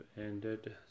ended